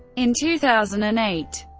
in two thousand and eight,